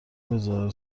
بهظاهر